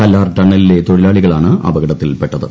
കല്ലാർ ടണലിലെ തൊഴിലാളികളാണ് അപകടത്തിൽപ്പെട്ടത്